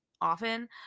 often